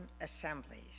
assemblies